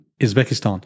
Uzbekistan